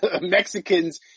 Mexicans